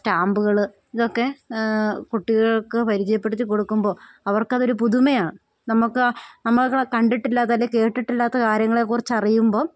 സ്റ്റാമ്പുകൾ ഇതൊക്കെ കുട്ടികൾക്ക് പരിചയപ്പെടുത്തി കൊടുക്കുമ്പോൾ അവർക്കതൊരു പുതുമയാണ് നമുക്കാ അമ്മകൾ കണ്ടിട്ടില്ലാത്തതല്ലേ കേട്ടിട്ടില്ലാത്ത കാര്യങ്ങളെക്കുറിച്ചറിയുമ്പോൾ